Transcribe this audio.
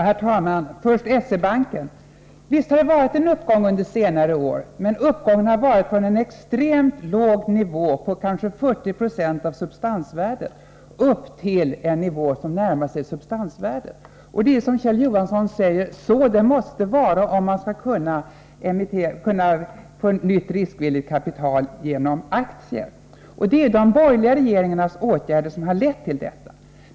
Herr talman! Först vill jag beröra S-E-Bankens annons. Visst har det varit en uppgång i börskurserna under senare år, men det har varit en uppgång från en extremt låg nivå på kanske 40 26 av substansvärdet upp till en nivå som närmar sig substansvärdet. Det är är, som Kjell Johansson säger, så det måste vara om man skall kunna få nytt riskvilligt kapital genom aktier. Det är de borgerliga regeringarnas åtgärder som har lett till detta.